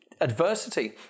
adversity